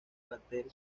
cartel